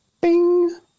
Bing